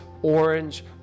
orange